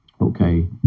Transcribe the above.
okay